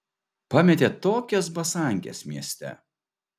pametė tokias basankes mieste